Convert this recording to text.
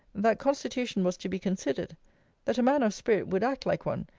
that constitution was to be considered that a man of spirit would act like one,